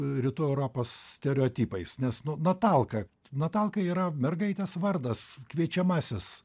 rytų europos stereotipais nes nu natalka natalka yra mergaitės vardas kviečiamasis